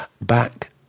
back